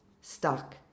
stuck